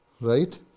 Right